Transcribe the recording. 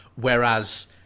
Whereas